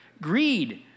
Greed